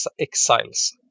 Exiles